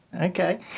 Okay